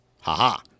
Ha-ha